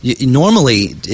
normally